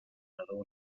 nadó